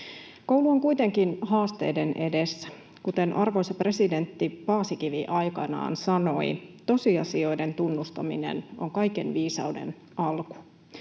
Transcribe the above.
Koulu on kuitenkin haasteiden edessä. Kuten arvoisa presidentti Paasikivi aikanaan sanoi: ”Tosiasioiden tunnustaminen on kaiken viisauden alku.”